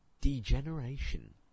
degeneration